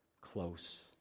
close